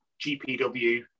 GPW